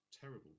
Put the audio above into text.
terrible